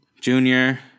Junior